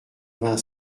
vingt